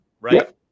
right